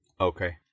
Okay